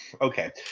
okay